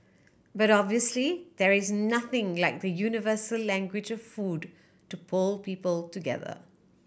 but obviously there is nothing like the universal language food to pull people together